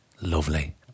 Lovely